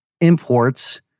imports